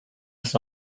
his